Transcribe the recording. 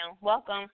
Welcome